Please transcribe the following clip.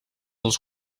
als